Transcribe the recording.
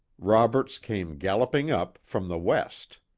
roberts came galloping up from the west.